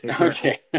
Okay